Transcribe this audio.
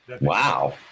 Wow